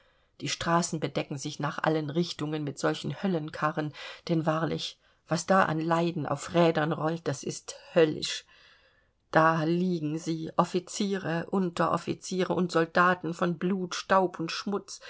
die straßen bedecken sich nach allen richtungen mit solchen höllenkarren denn wahrlich was da an leiden auf rädern rollt das ist höllisch da liegen sie offiziere unteroffiziere und soldaten von blut staub und schmutz